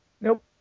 Nope